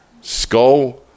skull